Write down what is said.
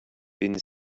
been